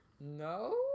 no